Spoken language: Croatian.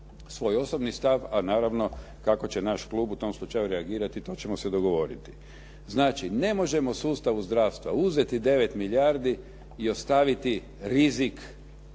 svoj osobni stav, a naravno kako će naš klub u tom slučaju reagirati to ćemo se dogovoriti. Znači ne možemo sustavu zdravstva uzeti 9 milijardi i ostaviti rizik